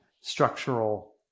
structural